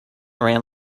around